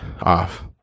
off